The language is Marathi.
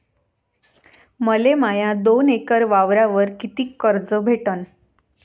मले माया दोन एकर वावरावर कितीक कर्ज भेटन?